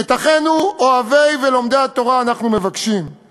את אחינו אוהבי ולומדי התורה אנחנו מבקשים,